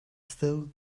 still